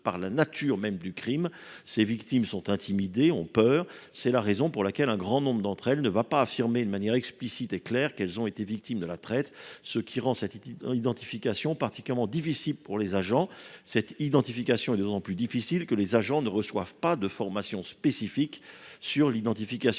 de la nature même du crime, ces victimes sont intimidées et ont peur. C’est la raison pour laquelle un grand nombre d’entre elles n’affirment pas alors, de manière explicite et claire, qu’elles ont été victimes de la traite, ce qui rend cette identification particulièrement difficile pour les agents, et ce d’autant plus que les agents ne reçoivent pas de formation spécifique sur l’identification